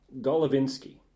Golovinsky